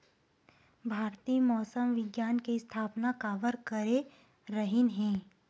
भारती मौसम विज्ञान के स्थापना काबर करे रहीन है?